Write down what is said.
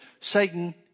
Satan